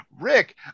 Rick